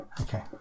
Okay